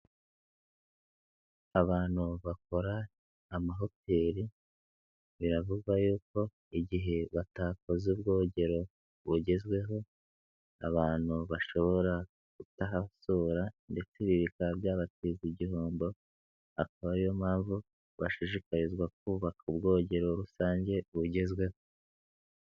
Abantu bakora amahoteli biravugwa y'uko igihe batakoze ubwogero bugezweho, abantu bashobora kutahasura ndetse bikaba byabatiza igihombo, akaba ariyo mpamvu bashishikarizwa kubaka ubwogero rusange bugezweho.